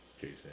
Jason